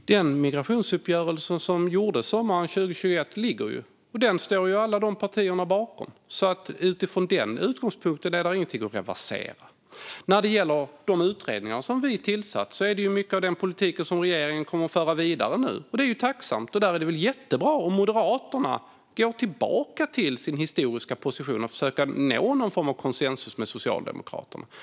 Fru talman! Den migrationsuppgörelse som gjordes sommaren 2021 ligger ju fast, och alla dessa partier står bakom den. Utifrån den utgångspunkten finns det ingenting att reversera. När det gäller de utredningar som vi har tillsatt kommer regeringen nu att föra vidare mycket av den politiken. Det är ju tacksamt. Det är väl jättebra om Moderaterna går tillbaka till sin historiska position och försöker att nå någon form av konsensus med Socialdemokraterna.